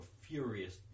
furious